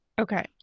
Okay